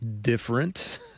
different